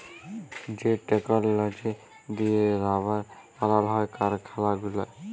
যে টেকললজি দিঁয়ে রাবার বালাল হ্যয় কারখালা গুলায়